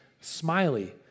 smiley